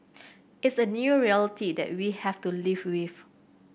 it's a new reality that we have to live with